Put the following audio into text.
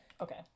Okay